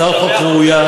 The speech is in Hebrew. הצעת חוק ראויה,